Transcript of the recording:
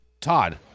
Todd